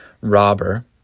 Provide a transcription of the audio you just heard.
robber